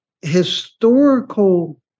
historical